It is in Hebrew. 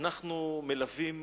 אנחנו מלווים